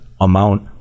amount